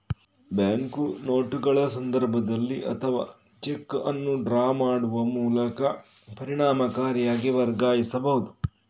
bank ನೋಟುಗಳ ಸಂದರ್ಭದಲ್ಲಿ ಅಥವಾ ಚೆಕ್ ಅನ್ನು ಡ್ರಾ ಮಾಡುವ ಮೂಲಕ ಪರಿಣಾಮಕಾರಿಯಾಗಿ ವರ್ಗಾಯಿಸಬಹುದು